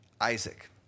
Isaac